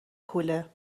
کوله